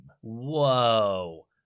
Whoa